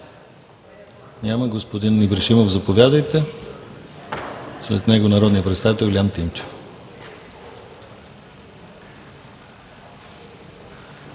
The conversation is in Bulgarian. Няма. Господин Ибришимов, заповядайте. След него народният представител Илиян Тимчев.